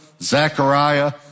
Zechariah